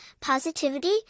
positivity